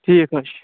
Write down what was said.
ٹھیٖک حظ چھُ